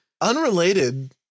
Unrelated